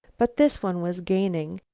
but this one was gaining,